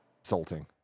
Insulting